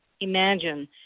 Imagine